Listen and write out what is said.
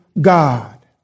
God